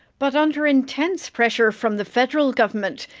but under intense pressure from the federal government,